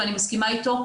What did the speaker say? ואני מסכימה איתו,